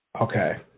Okay